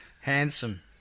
Handsome